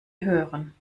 hören